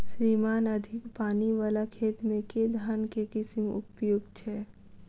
श्रीमान अधिक पानि वला खेत मे केँ धान केँ किसिम उपयुक्त छैय?